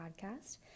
podcast